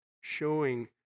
showing